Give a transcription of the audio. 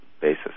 basis